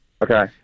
Okay